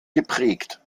geprägt